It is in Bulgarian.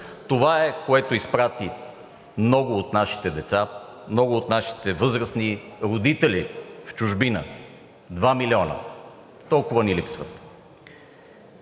Това е, което изпрати много от нашите деца, много от нашите възрастни родители в чужбина – 2 милиона, толкова ни липсват.